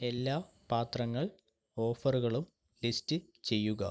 എല്ലാ പാത്രങ്ങൾ ഓഫറുകളും ലിസ്റ്റ് ചെയ്യുക